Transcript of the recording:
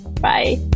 Bye